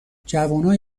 جوونای